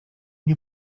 nie